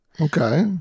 Okay